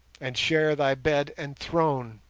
and share thy bed and throne